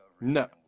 no